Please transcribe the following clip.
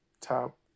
top